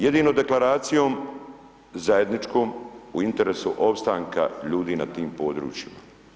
Jedino deklaracijom zajedničkom u interesu opstanka ljudi na tim područjima.